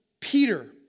Peter